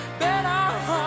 better